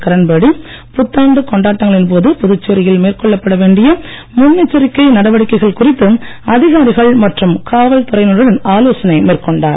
கிரண் பேடி புத்தாண்டு கொண்டாட்டங்களின் போது புதுச்சேரியில் மேற்கொள்ளப்பட வேண்டிய முன்னெச்சரிக்கை நடவடிக்கைகள் குறித்து அதிகாரிகள் மற்றும் காவல்துறையினருடன் ஆலோசனை மேற்கொண்டார்